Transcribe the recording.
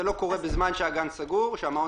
זה לא קורה בזמן שהמעון סגור.